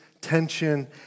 tension